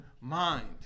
mind